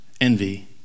envy